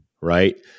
right